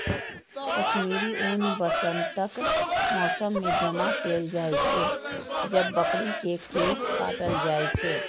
कश्मीरी ऊन वसंतक मौसम मे जमा कैल जाइ छै, जब बकरी के केश काटल जाइ छै